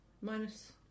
minus